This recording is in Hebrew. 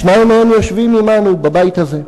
שניים מהם יושבים עמנו בבית הזה.